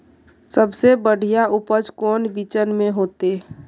सबसे बढ़िया उपज कौन बिचन में होते?